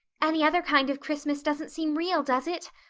any other kind of christmas doesn't seem real, does it?